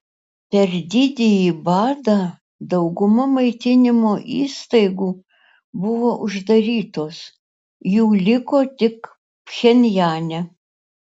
per didįjį badą dauguma maitinimo įstaigų buvo uždarytos jų liko tik pchenjane